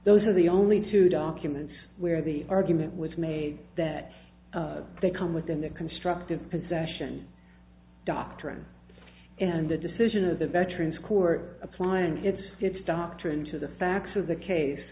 those are the only two documents where the argument was made that they come within the constructive possession doctrine and the decision of the veterans court apply and it's it's doctrine to the facts of the case